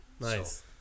Nice